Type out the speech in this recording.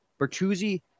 Bertuzzi